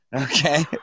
Okay